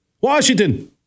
Washington